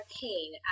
pain